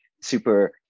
super